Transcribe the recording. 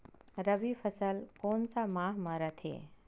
रबी फसल कोन सा माह म रथे?